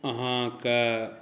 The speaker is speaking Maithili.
अहाँकेॅं